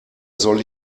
soll